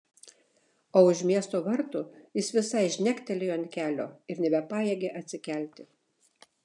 o už miesto vartų jis visai žnektelėjo ant kelio ir nebepajėgė atsikelti